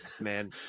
Man